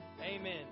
amen